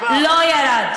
7%. לא ירד.